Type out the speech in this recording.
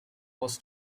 was